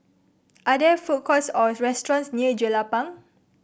are there food courts or restaurants near Jelapang